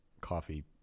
coffee